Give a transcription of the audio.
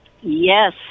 Yes